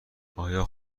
آیا